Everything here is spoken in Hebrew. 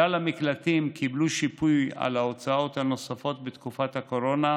כלל המקלטים קיבלו שיפוי על ההוצאות הנוספות בתקופת הקורונה,